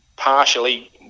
partially